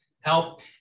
help